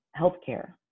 healthcare